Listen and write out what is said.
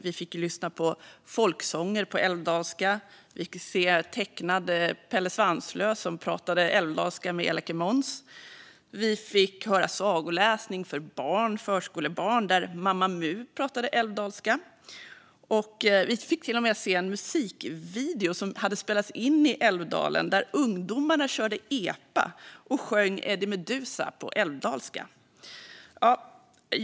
Vi fick lyssna på folksånger på älvdalska, se en tecknad Pelle Svanslös som pratade älvdalska med elake Måns, höra sagoläsning för förskolebarn där Mamma Mu pratade älvdalska och till och med se en musikvideo inspelad i Älvdalen där ungdomarna körde epa och sjöng Eddie Meduza på älvdalska.